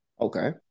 Okay